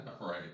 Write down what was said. Right